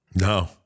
No